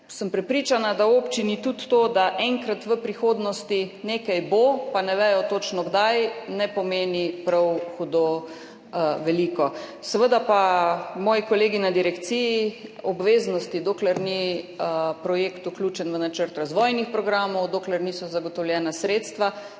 sem prepričana, da v občini tudi to, da enkrat v prihodnosti nekaj bo, pa ne vedo točno, kdaj, ne pomeni prav hudo veliko. Seveda pa moji kolegi na Direkciji novih obveznosti, dokler projekt ni vključen v načrt razvojnih programov, dokler niso zagotovljena sredstva,